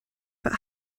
but